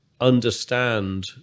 understand